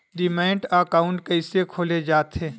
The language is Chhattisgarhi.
डीमैट अकाउंट कइसे खोले जाथे?